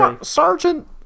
sergeant